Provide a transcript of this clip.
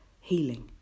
healing